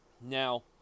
Now